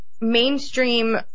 mainstream